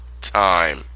time